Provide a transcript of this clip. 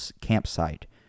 campsite